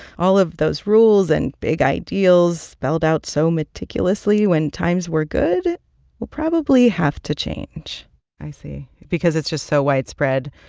all of those rules and big ideals spelled out so meticulously when times were good will probably have to change i see because it's just so widespread.